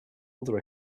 other